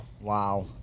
Wow